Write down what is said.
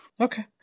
Okay